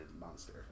monster